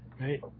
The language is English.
right